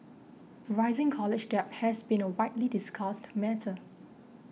rising college debt has been a widely discussed matter